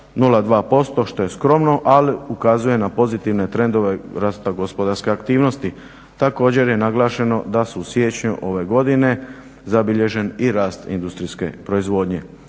što je skromno ali ukazuje na pozitivne trendove rasta gospodarske aktivnosti. Također je naglašeno da su u siječnju ove godine zabilježen i rast industrijske proizvodnje.